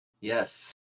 Yes